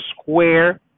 square